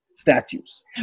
Statues